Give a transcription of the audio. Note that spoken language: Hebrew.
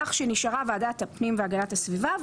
כך שנשארה ועדת הפנים והגנת הסביבה,